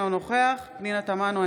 אינו נוכח פנינה תמנו,